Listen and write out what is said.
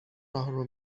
راهرو